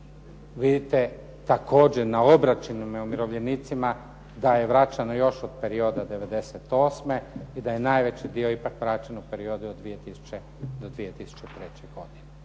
Vidite također na obračunima umirovljenicima da je vraćano još od perioda 98. i da je najveći dio ipak vraćen u periodu od 2000. do 2003. godine.